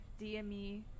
DME